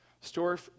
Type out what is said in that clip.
Store